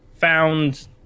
found